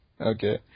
Okay